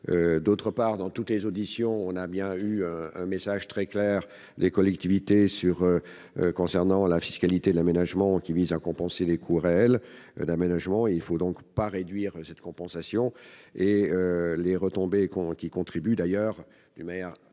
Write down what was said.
D'autre part, lors des auditions, nous avons entendu le message très clair des collectivités sur la taxe d'aménagement qui vise à compenser les coûts réels d'aménagement. Il ne faut donc pas réduire cette compensation, dont les retombées contribuent d'ailleurs de manière